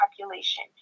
population